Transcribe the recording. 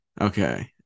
Okay